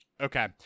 Okay